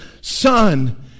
son